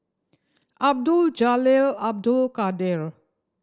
Abdul Jalil Abdul Kadir